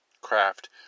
craft